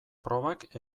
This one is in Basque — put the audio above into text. probak